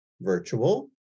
virtual